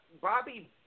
Bobby